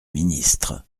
ministre